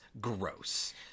gross